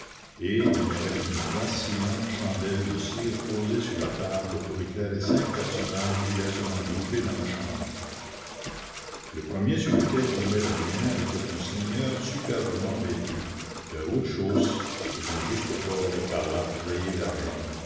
et il n'y avait qu'une vacillante chandelle de cire posée sur la table pour éclairer cinq personnages diversement groupés dans la chambre le premier sur lequel tombait la lumière était un seigneur superbement vêtu d'un haut-de-chausses et d'un justaucorps écarlate rayé d'argent